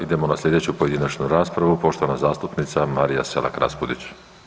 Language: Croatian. Idemo na slijedeću pojedinačnu raspravu, poštovana zastupnica Marija Selak Raspudić.